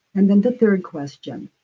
and then the third question